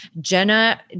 Jenna